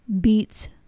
beets